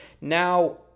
Now